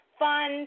fun